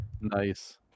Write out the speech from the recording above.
nice